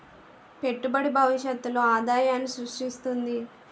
పెట్టుబడి భవిష్యత్తులో ఆదాయాన్ని స్రృష్టిస్తుంది